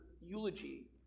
eulogy